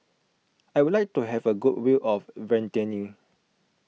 I would like to have a good view of Vientiane